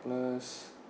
less